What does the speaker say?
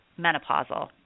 menopausal